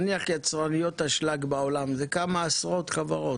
נניח יצרניות אשלג בעולם זה כמה עשרות חברות,